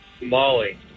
Molly